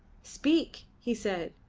speak, he said.